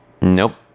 Nope